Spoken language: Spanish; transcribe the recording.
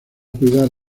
cuidar